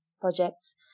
projects